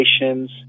relations